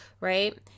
right